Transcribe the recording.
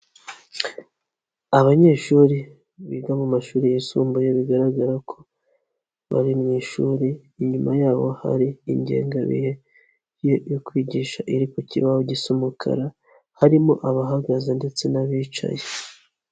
Abanyeshuri biga mu mashuri yisumbuye bigaragara ko bari mu ishuri inyuma yabo hari ingengabihe yo kwigisha iri ku kibaho gisa umukara harimo abahagaze ndetse n'abicaye.